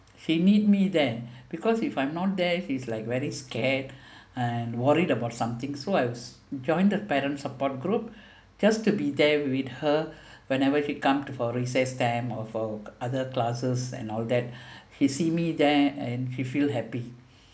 she need me then because if I'm not there she's like very scared and worried about something so I joined the parents support group just to be there with her whenever she come for recess time or for other classes and all that she see me there and she feel happy